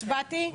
הצבעתי.